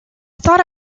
thought